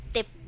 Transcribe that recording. Tip